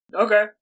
Okay